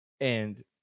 And-